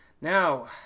Now